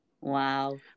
Wow